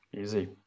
Easy